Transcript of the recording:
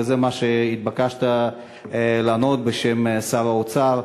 וזה מה שהתבקשת לענות בשם שר האוצר,